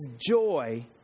joy